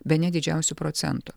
bene didžiausiu procentu